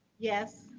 yes.